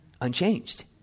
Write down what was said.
unchanged